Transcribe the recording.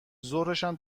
ظهرشم